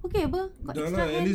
okay [pe] got extra hands